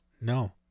No